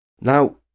now